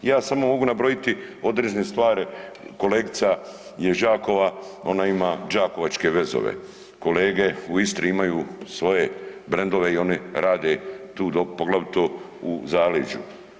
Ja samo mogu nabrojiti određene stvari, kolegica je iz Đakova, ona ima „Đakovačke vezove“, kolege u Istri imaju svoje brendove i oni rade tu, poglavito u zaleđu.